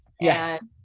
Yes